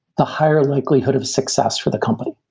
the higher likelihood of success for the company.